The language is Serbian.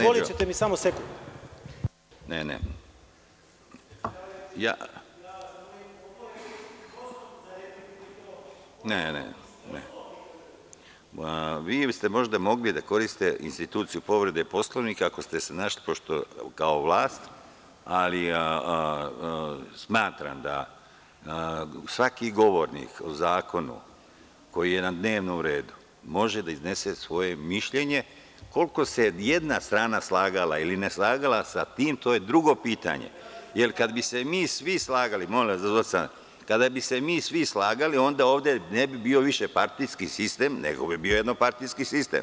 Molim vas, Neđo [[Neđo Jovanović, s mesta: Ovo je već osnov za repliku, i to osnov iz Poslovnika.]] Ne, vi biste možda mogli da koristite instituciju povrede Poslovnika, pošto ste se našli kao vlast, ali smatram da svaki govornik o zakonu koji je na dnevnom redu može da iznese svoje mišljenje, koliko se jedna strana slagala ili neslagala sa tim, to je drugo pitanje. (Neđo Jovanović, s mesta: Ne radi se o slaganju.) Kada bi se mi svi slagali, ovde ne bi bio više partijski sistem, nego bi bio jednopartijski sistem.